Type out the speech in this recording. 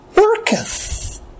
worketh